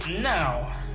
now